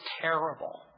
terrible